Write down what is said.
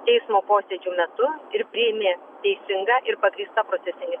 teismo posėdžių metu ir priėmė teisingą ir pagrįstą procesinį sprendimą